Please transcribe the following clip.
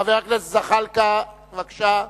חבר הכנסת ג'מאל זחאלקה, בבקשה.